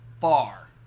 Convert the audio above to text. far